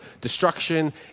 destruction